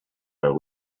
are